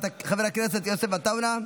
חבר הכנסת יוסף עטאונה,